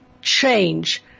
change